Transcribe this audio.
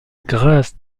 grâce